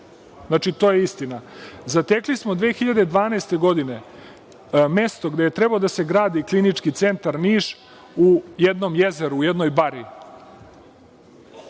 Znači, to je istina. Zatekli smo 2012. godine mesto, gde je trebao da se gradi Klinički centar Niš, u jednom jezeru, u jednoj bari.